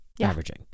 averaging